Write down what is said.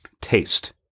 taste